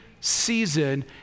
season